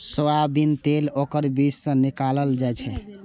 soybean तेल ओकर बीज सं निकालल जाइ छै